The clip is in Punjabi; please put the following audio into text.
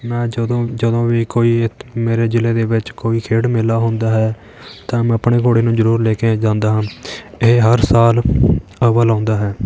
ਮੈਂ ਜਦੋਂ ਜਦੋਂ ਵੀ ਕੋਈ ਇਥ ਮੇਰੇ ਜ਼ਿਲ੍ਹੇ ਦੇ ਵਿੱਚ ਕੋਈ ਖੇਡ ਮੇਲਾ ਹੁੰਦਾ ਹੈ ਤਾਂ ਮੈਂ ਆਪਣੇ ਘੋੜੇ ਨੂੰ ਜ਼ਰੂਰ ਲੈ ਕੇ ਜਾਂਦਾ ਹਾਂ ਇਹ ਹਰ ਸਾਲ ਅੱਵਲ ਆਉਂਦਾ ਹੈ